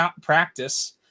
practice